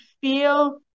feel